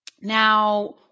Now